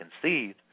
conceived